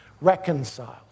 reconciled